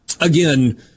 Again